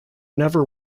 never